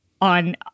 on